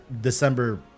December